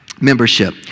membership